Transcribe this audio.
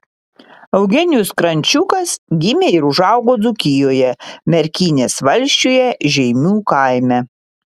eugenijus krančiukas gimė ir užaugo dzūkijoje merkinės valsčiuje žeimių kaime